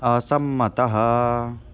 असम्मतः